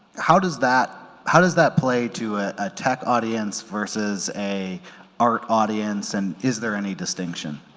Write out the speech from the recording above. how does that how does that play to a tech audience versus a art audience and is there any distinction